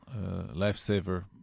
lifesaver